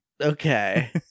Okay